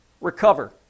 recover